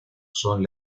son